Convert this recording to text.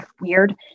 weird